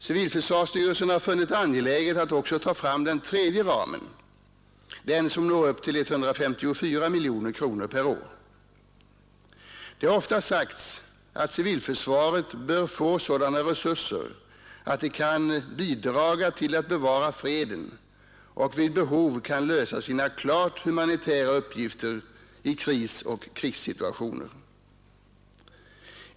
Civilförsvarsstyrelsen har funnit det angeläget att också ta fram den tredje ramen, den som når upp till 154 miljoner kronor per år. Det har ofta sagts att civilförsvaret bör få sådana resurser att det kan bidraga till att bevara freden och vid behov kan lösa sina klart humanitära uppgifter i krisoch krigssituationer.